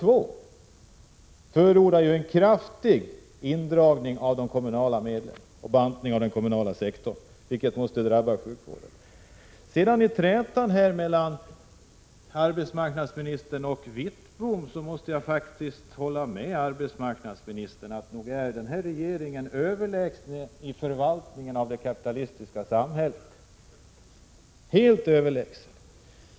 Ni förordar båda en kraftig neddragning av medel till kommunerna och en bantning av den kommunala sektorn, vilket måste drabba sjukvården. När det sedan gäller trätan mellan arbetsmarknadsministern och Bengt Wittbom måste jag faktiskt hålla med arbetsmarknadsministern. Nog är den här regeringen överlägsen vad gäller att förvalta det kapitalistiska samhället — helt överlägsen!